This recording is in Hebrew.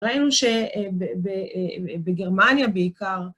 ראינו שבגרמניה בעיקר,